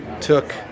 took